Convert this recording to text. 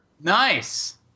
Nice